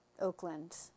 Oakland